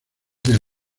del